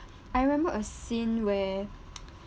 I remember a scene where